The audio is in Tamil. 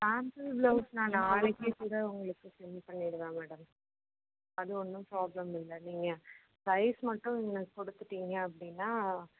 சாம்பிள் பிளவுஸ் நான் நாளைக்கே கூட உங்களுக்கு சென்ட் பண்ணிவிடுவேன் மேடம் அது ஒன்றும் ப்ராப்ளம் இல்லை நீங்கள் சைஸ் மட்டும் நீங்கள் கொடுத்துட்டீங்க அப்படின்னா